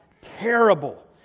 terrible